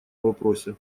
вопросе